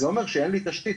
זה אומר שאין לי תשתית,